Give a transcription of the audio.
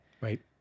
right